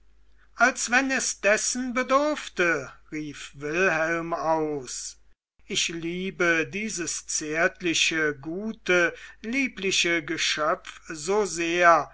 als wenn es dessen bedürfte rief wilhelm aus ich liebe dieses zärtliche gute liebliche geschöpf so sehr